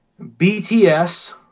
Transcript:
BTS